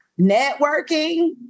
networking